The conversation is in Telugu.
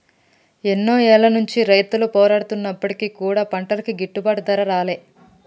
ఎన్నో ఏళ్ల నుంచి రైతులు పోరాడుతున్నప్పటికీ కూడా పంటలకి గిట్టుబాటు ధర రాలే